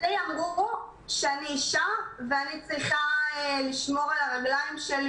לי אמרו שאני אישה ואני צריכה לשמור על הרגליים שלי